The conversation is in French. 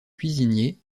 cuisinier